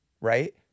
right